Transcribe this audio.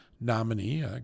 nominee